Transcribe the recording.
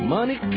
Money